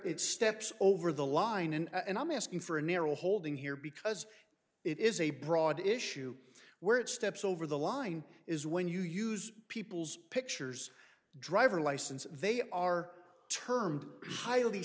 it steps over the line and and i'm asking for a narrow holding here because it is a broad issue where it steps over the line is when you use people's pictures driver license they are termed highly